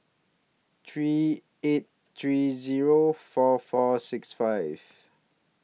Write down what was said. three eight three Zero four four six five